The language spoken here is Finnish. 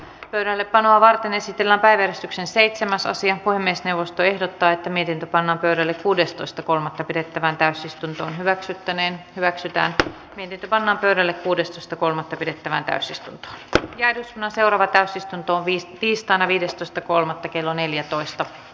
pöydällepanoa varten esitellä päivystyksen seitsemäs osia kunnes neuvosto ehdottaa että mihin panna vireille kuudestoista kolmatta pidettävään täysistunto hyväksyttäneen hyväksytään niin ikivanha pöydälle kuudesta kolmatta pidettävään täysistunto on jäänyt no seuraava täysistunto on viis tiistaina viidestoista ckolme kello neljätoista